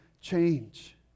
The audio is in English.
change